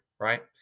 right